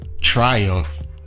triumph